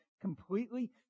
completely